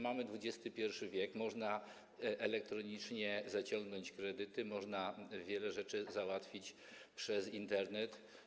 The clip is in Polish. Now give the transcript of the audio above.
Mamy XXI w., można elektronicznie zaciągnąć kredyty, można wiele rzeczy załatwić przez Internet.